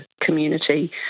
community